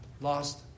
lost